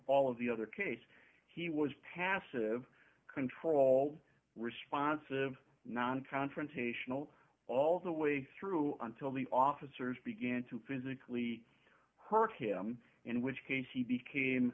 all of the other case he was passive control responsive non confrontational all the way through until the officers began to physically hurt him in which case he became